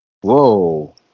Whoa